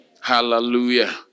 Hallelujah